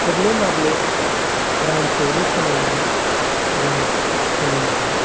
थोब्ले माब्ले रांखावरि खामायनानै जोङो सोलिनो हाया